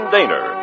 Daner